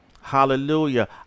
hallelujah